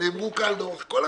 שנאמרו כאן לאורך כל הדרך,